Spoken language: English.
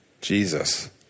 Jesus